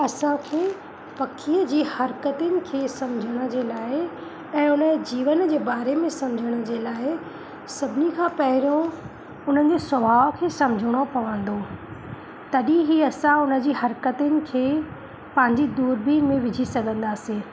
असांखे पखीअ जी हरकतियुनि खे सम्झण जे लाइ ऐं उनजे जीवन जे बारे में सम्झण जे लाइ सभिनी खां पहिरियों हुननि जे सुभाउ खे सम्झणो पवंदो तॾहिं ई असां उनजी हर्कतियुनि खे पंहिंजी दूरबीन में विझी सघंदासीं